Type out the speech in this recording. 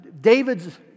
David's